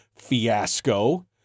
fiasco